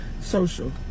social